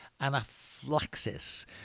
anaphylaxis